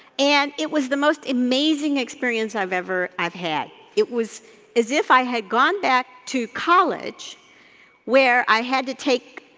and it was the most amazing experience i've ever, i've had. it was as if i had gone back to college where i had to take